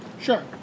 Sure